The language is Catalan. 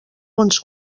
bons